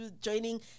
joining